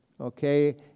Okay